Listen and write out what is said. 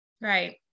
Right